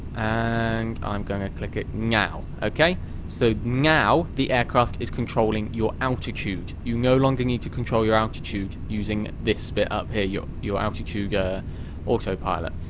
and i'm gonna click it now. so now the aircraft is controlling your altitude you no longer need to control your altitude using this bit up here your your altitude autopilot.